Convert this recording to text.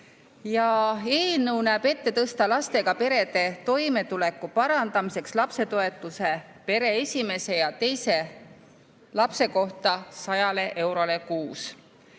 See eelnõu näeb ette tõsta lastega perede toimetuleku parandamiseks lapsetoetus pere esimese ja teise lapse kohta 100 euroni